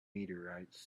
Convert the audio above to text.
meteorites